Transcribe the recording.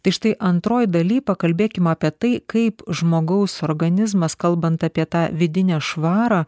tai štai antroj daly pakalbėkim apie tai kaip žmogaus organizmas kalbant apie tą vidinę švarą